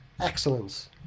excellence